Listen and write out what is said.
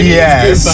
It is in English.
yes